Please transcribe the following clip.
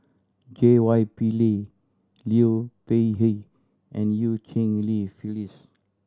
J Y Pillay Liu Peihe and Eu Cheng Li Phyllis